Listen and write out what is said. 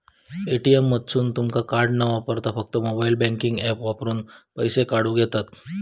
ATM मधसून तुमका card न वापरता फक्त मोबाईल बँकिंग ऍप वापरून पैसे काढूक येतंत